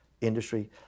industry